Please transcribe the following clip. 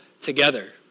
together